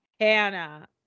hannah